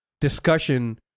discussion